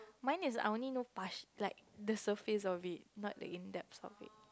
mine is I only know partial like the surface of it not the in depths of it